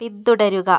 പിന്തുടരുക